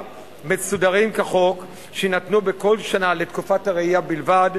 מסודרים כחוק שיינתנו בכל שנה לתקופת הרעייה בלבד.